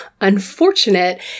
unfortunate